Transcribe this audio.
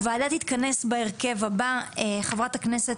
הוועדה תתכנס בהרכב הבא: חברת הכנסת